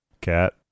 cat